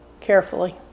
carefully